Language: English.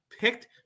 picked